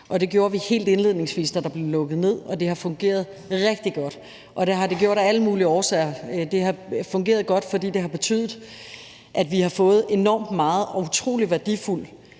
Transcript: det gjorde vi helt indledningsvis, da der blev lukket ned – og det har fungeret rigtig godt. Det har det gjort af alle mulige årsager. Det har fungeret godt, fordi det har betydet, at vi har fået enormt meget og utrolig værdifuld